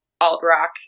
alt-rock